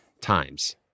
times